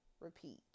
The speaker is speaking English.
repeat